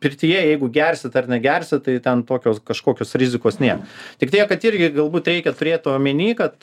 pirtyje jeigu gersit ar negersit tai ten tokios kažkokios rizikos nėra tik tiek kad irgi galbūt reikia turėt omeny kad